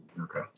Okay